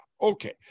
Okay